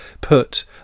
put